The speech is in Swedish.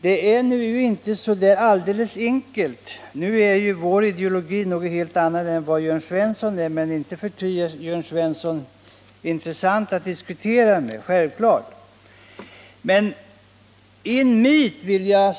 Det är emellertid inte så alldeles enkelt. Vår ideologi är ju en helt annan än Jörn Svenssons. Icke förty är Jörn Svensson intressant att diskutera med — det är självklart. En myt vill jag